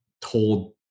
told